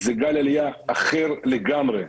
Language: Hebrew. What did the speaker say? זה גל עלייה אחר לגמרי,